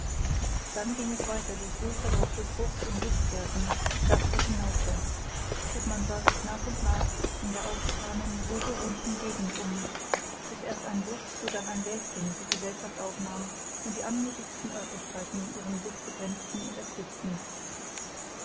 dann ging es weiter durch wohlversorgte frucht und lustgärten sachte hinaufwärts und man sah sich nach und nach in der aufgetanen wohlbewohnten gegend um bis erst ein busch sodann ein wäldchen die gesellschaft aufnahm und die anmutigsten örtlichkeiten ihren blick begrenzten und erquickten